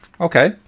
okay